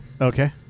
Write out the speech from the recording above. Okay